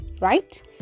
right